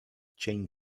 cień